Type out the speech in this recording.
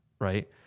right